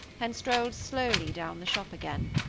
and strolled slowly down the shop again.